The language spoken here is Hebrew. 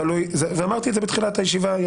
אמרתי את זה בתחילת הישיבה.